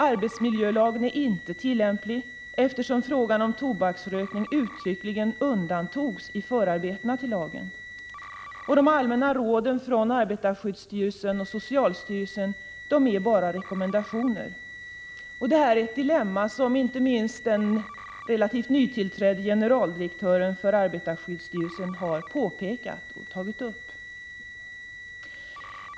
Arbetsmiljölagen är inte tillämplig, eftersom frågan om tobaksrökning uttryckligen undantogs i förarbetena i lagen. De allmänna råden från arbetarskyddsstyrelsen och socialstyrelsen är bara rekommendationer. Detta är ett dilemma som inte minst den relativt nytillträdde generaldirektören för arbetarskyddsstyrelsen har pekat på.